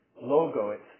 logo